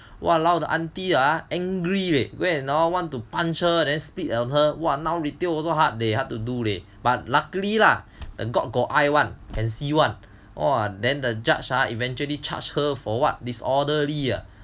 !walao! the auntie angry leh want to punch her and spit on her now retail also hard hard to do leh but luckily lah the god got eye [one] can see [one] then the judge are eventually charged her for what disorderly